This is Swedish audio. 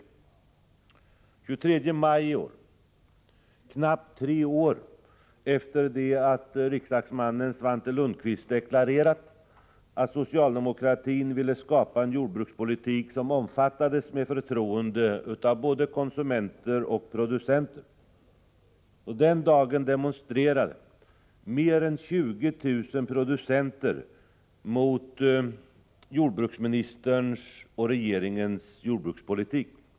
Den 23 maj i år — knappt tre år efter det att riksdagsmannen Svante Lundkvist deklarerat att socialdemokratin ville skapa en jordbrukspolitik som omfattades med förtroende av både konsumenter och producenter — demonstrerade mer än 20 000 producenter mot jordbruksministerns och regeringens jordbrukspolitik.